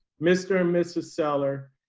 mr. mrs. seller,